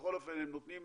בכל אופן הם נותנים